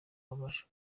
babashe